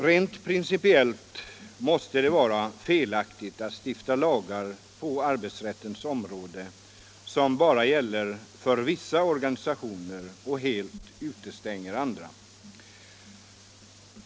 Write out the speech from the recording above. Rent principiellt måste det vara felaktigt att stifta lagar på arbetsrättens område som bara gäller för vissa organisationer och helt utestänger andra.